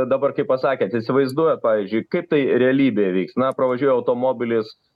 dabar kaip pasakėt įsivaizduojat pavyzdžiui kaip tai realybėj na pravažiuoja automobilis